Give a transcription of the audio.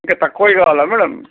ఇంక తక్కుయ కావాలా మేడం